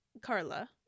Carla